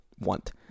want